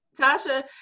Tasha